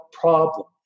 problem